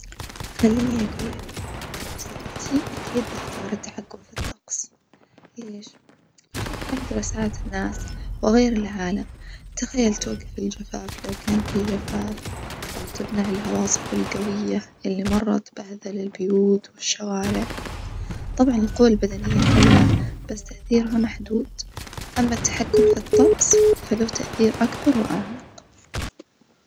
خليني أجولك لو سألتني أكيد بختار التحكم في الطقس، ليش؟ عشان أجدر أساعد الناس وأغير العالم تخيل توجف الجفاف لو كان في جفاف أو تمنع العواصف الجوية اللي مرة تبهدل البيوت والشوارع، طبعًا القوة البدنية حلوة بس تأثيرها محدود أما التحكم في الطقس فله تأثير أكبر وأعمق.